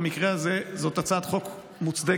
במקרה הזה זאת הצעת חוק מוצדקת,